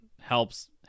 helps